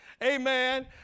Amen